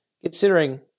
considering